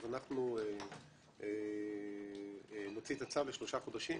אנחנו נוציא את הצו לשלושה חודשים,